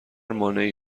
مانعی